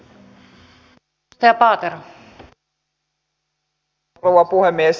arvoisa rouva puhemies